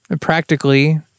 practically